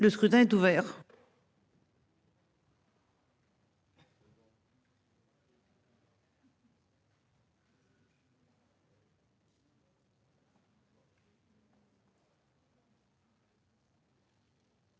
Le scrutin est ouvert.